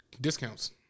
Discounts